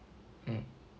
mm